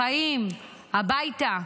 בחיים, הביתה.